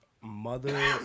mother